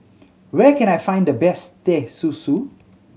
where can I find the best Teh Susu